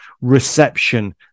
reception